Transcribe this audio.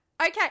okay